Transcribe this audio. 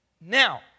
Now